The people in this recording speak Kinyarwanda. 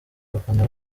abafana